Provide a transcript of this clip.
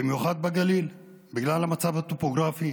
במיוחד בגליל, בגלל המצב הטופוגרפי.